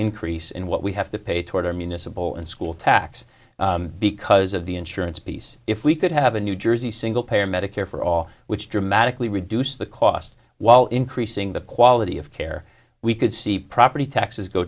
increase in what we have to pay toward our municipal and school tax because of the insurance piece if we could have a new jersey single payer medicare for all which dramatically reduce the costs while increasing the quality of care we could see property taxes go